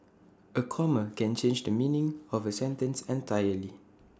A comma can change the meaning of A sentence entirely